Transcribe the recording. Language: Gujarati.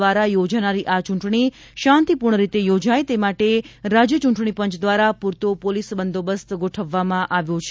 દ્વારા યોજાનારી આ ચૂટણી શાંતિપૂર્ણ રીતે યોજાય તે માટે રાજ્ય ચૂંટણીપંચ દ્વારા પૂરતો પોલીસ બંદોબસ્ત કરવામાં આવ્યો છે